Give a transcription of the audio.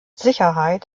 sicherheit